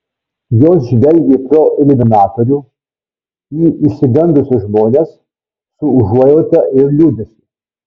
jos žvelgė pro iliuminatorių į išsigandusius žmones su užuojauta ir liūdesiu